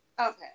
Okay